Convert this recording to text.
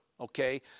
okay